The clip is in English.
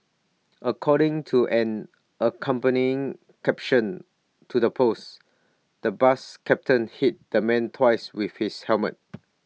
according to an accompanying caption to the post the bus captain hit the man twice with his helmet